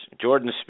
Jordan